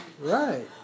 right